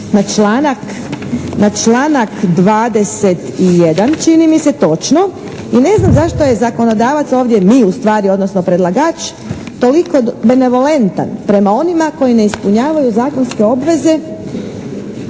na članak 21. čini mi se. Točno. I ne znam zašto je zakonodavac, ovdje mi ustvari odnosno predlagač toliko bene volentan prema onima koji ne ispunjavaju zakonske obveze.